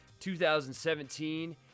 2017